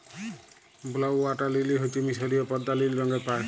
blue water lily হচ্যে মিসরীয় পদ্দা লিল রঙের পায়